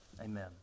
Amen